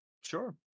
Sure